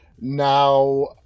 Now